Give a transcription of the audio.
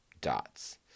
dots